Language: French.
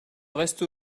reste